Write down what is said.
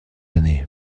année